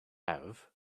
have